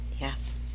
Yes